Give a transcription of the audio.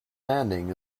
landing